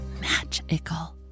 magical